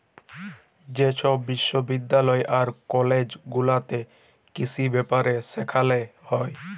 যে ছব বিশ্ববিদ্যালয় আর কলেজ গুলাতে কিসি ব্যাপারে সেখালে হ্যয়